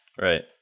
Right